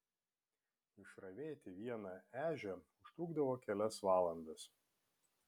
išravėti vieną ežią užtrukdavo kelias valandas